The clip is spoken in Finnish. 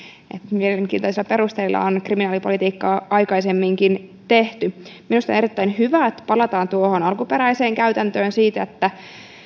mielenkiintoisilla perusteilla on kriminaalipolitiikkaa aikaisemminkin tehty minusta on erittäin hyvä että palataan tuohon alkuperäiseen käytäntöön siitä että